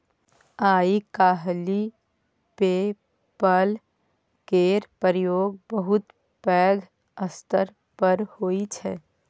आइ काल्हि PayPal केर प्रयोग बहुत पैघ स्तर पर होइ छै